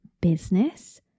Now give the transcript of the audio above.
business